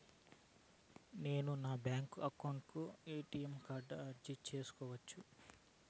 నేను నా bank account కు ఎ.టి.ఎం కార్డు అర్జీ సేసుకోవచ్చా?